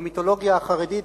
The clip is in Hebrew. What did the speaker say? במיתולוגיה החרדית,